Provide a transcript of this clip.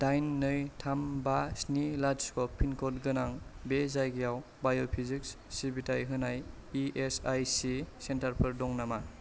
दाइन नै थाम बा स्नि लाथिख' पिनक'ड गोनां बे जायगायाव बाय'फिजिक्स सिबिथाय होनाय इ एस आइ सि सेन्टारफोर दं नामा